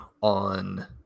on